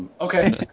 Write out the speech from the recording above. Okay